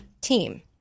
team